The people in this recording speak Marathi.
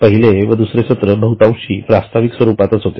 पहिले व दुसरे सत्र बहुतांशी प्रास्ताविक स्वरूपात होते